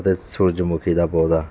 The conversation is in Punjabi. ਅਤੇ ਸੂਰਜਮੁਖੀ ਦਾ ਪੌਦਾ